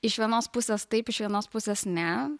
iš vienos pusės taip iš vienos pusės ne